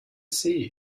see